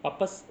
but pers~